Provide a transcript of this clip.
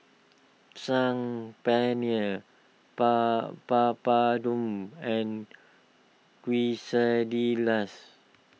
Saag Paneer ba Papadum and Quesadillas